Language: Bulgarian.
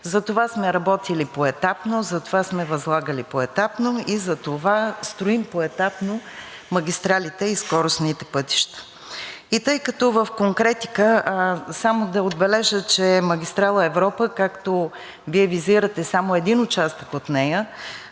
Затова сме работили поетапно, затова сме възлагали поетапно и затова строим поетапно магистралите и скоростните пътища. И тъй като в конкретика – само да отбележа, че магистрала „Европа“, както Вие визирате само един участък от нея,